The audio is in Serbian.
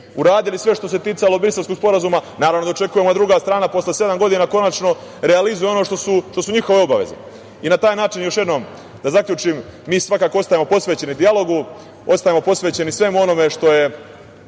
uradili sve što se ticalo Briselskog sporazuma, naravno da očekujemo da druga strana posle sedam godina konačno realizuje ono što su njihove obaveze. Da zaključim, mi svakako ostajemo posvećeni dijalogu. Ostajemo posvećeni svemu onome što je